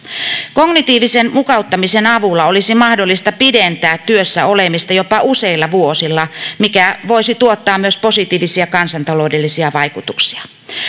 kognitiivisen mukauttamisen avulla olisi mahdollista pidentää työssä olemista jopa useilla vuosilla mikä voisi myös tuottaa positiivisia kansantaloudellisia vaikutuksia